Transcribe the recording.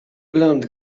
blonde